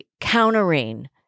countering